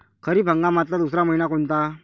खरीप हंगामातला दुसरा मइना कोनता?